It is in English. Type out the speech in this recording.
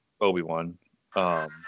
Obi-Wan